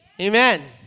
Amen